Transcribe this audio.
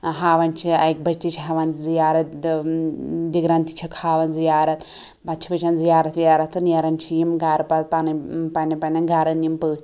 ٲں ہاوان چھِ اَکہِ بجہِ تہِ چھِ ہاوان زیارت دگرَن تہِ چھِکھ ہاوان زیارت پَتہٕ چھِ وچھان زیارت ویارت تہٕ نیران چھِ یم گھرٕ پَتہٕ پنٕنۍ پَننیٚن پننیٚن گھران یِم پٔژھۍ